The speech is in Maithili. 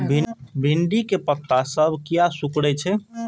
भिंडी के पत्ता सब किया सुकूरे छे?